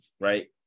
right